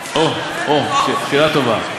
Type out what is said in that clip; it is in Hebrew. או, שאלה טובה.